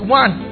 one